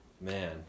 Man